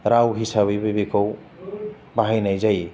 राव हिसाबैबो बेखौ बाहायनाय जायो